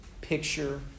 picture